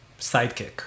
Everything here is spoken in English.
sidekick